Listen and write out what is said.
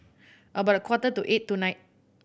about a quarter to eight tonight